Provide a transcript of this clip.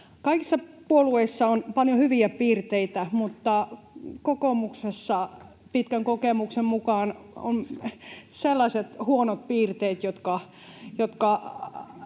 Kaikissa puolueissa on paljon hyviä piirteitä, mutta kokoomuksessa pitkän kokemuksen mukaan on sellaisia huonoja piirteitä, jotka